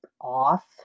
off